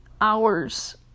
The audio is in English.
hours